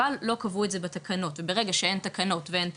אבל לא קבעו את זה בתקנות וברגע שאין תקנות ואין פקחים,